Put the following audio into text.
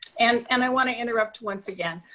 and and i wanna interrupt once again.